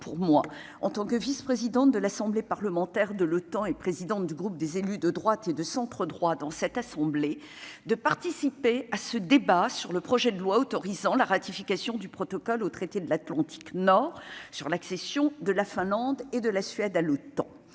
pour moi en tant que vice-présidente de l'Assemblée parlementaire de l'OTAN et présidente du groupe des élus de droite et de centre-droit dans cette assemblée de participer à ce débat sur le projet de loi autorisant la ratification du protocole au traité de l'Atlantique nord sur l'accession de la Finlande et de la Suède à l'OTAN,